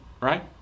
right